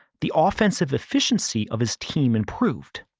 the offensive efficiency of his team improved.